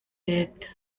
leta